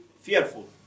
fearful